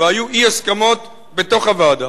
והיו אי-הסכמות בתוך הוועדה.